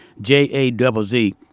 j-a-double-z